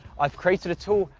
i've created a tool,